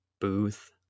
booth